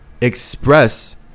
express